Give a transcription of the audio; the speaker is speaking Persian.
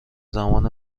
زمان